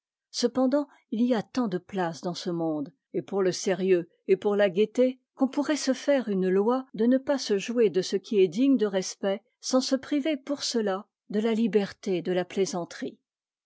cependant il y a tant de place dans ce monde et pour le sérieux et pour la gaieté qu'on pourrait se faire une loi de ne pas se jouer de ce qui est digne de respect sans se priver pour cela de la liberté de la plaisanterie